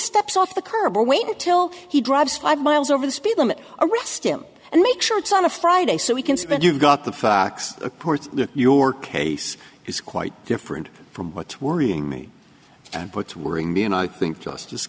steps off the curb or wait until he drives five miles over the speed limit arrest him and make sure it's on a friday so we can spend you've got the facts a court your case is quite different from what's worrying me and puts worry me and i think justice